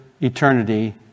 eternity